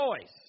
choice